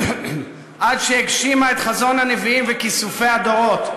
עד שהגשימה את חזון הנביאים וכיסופי הדורות.